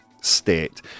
state